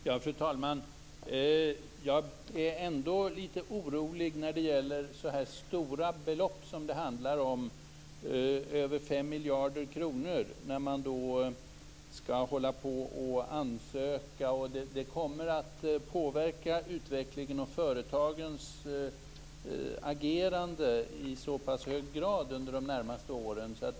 Fru talman! Jag är ändå litet orolig när det handlar om så här stora belopp, över 5 miljarder kronor, som man skall hålla på och ansöka om. Det kommer att påverka utvecklingen och företagens agerande i så pass hög grad under de närmaste åren.